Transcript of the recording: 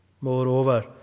Moreover